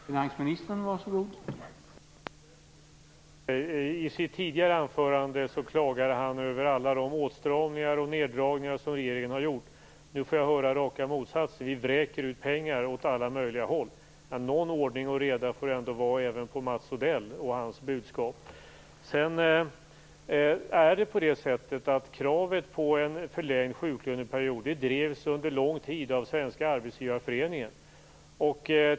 Herr talman! Mats Odell får bestämma sig. I sitt tidigare anförande klagade han över alla de åtstramningar och neddragningar som regeringen har gjort. Nu får jag höra raka motsatsen. Vi vräker ut pengar åt alla möjliga håll. Någon ordning och reda får det ändå vara även på Mats Odell och hans budskap. Kravet på en förlängd sjuklöneperiod drevs under lång tid av Svenska Arbetsgivareföreningen.